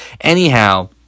anyhow